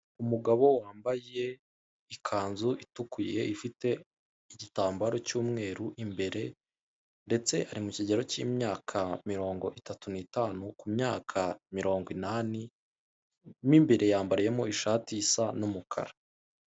Umugabo wambaye ikanzu itukuye ifite igitambaru cyumweru imbere ndetse ari mu kigero cy'imyaka mirongo itatu n'itanu ku myaka mirongo inani , mu imbere yambariyemo ishati isa n'umukara.